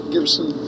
Gibson